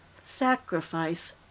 sacrifice